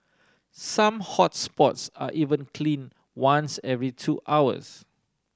some hots spots are even clean once every two hours